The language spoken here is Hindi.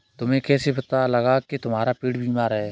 तुम्हें कैसे पता लगा की तुम्हारा पेड़ बीमार है?